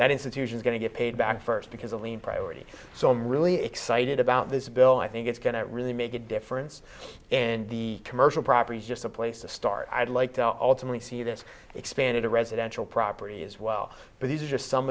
that institution going to get paid back first because only priority so i'm really excited about this bill i think it's going to really make a difference and the commercial property just a place to start i'd like to ultimately see this expanded residential property as well but these are just some